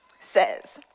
says